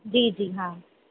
जी जी हा